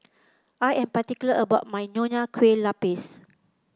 I am particular about my Nonya Kueh Lapis